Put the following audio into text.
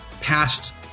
past